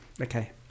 okay